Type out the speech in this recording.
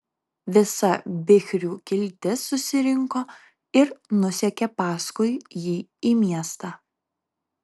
visa bichrių kiltis susirinko ir nusekė paskui jį į miestą